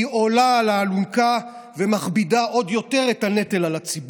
היא עולה על האלונקה ומכבידה עוד יותר את הנטל על הציבור.